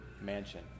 mansion